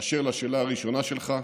באשר לשאלה הראשונה שלך,